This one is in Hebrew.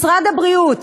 משרד הבריאות